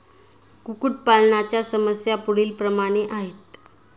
कुक्कुटपालनाच्या समस्या पुढीलप्रमाणे आहेत